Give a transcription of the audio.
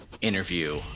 interview